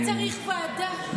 אולי צריך ועדה שתחליט.